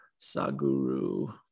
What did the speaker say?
Saguru